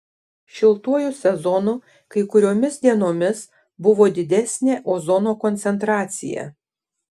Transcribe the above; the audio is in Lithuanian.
šiltuoju sezonu kai kuriomis dienomis buvo didesnė ozono koncentracija